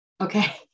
okay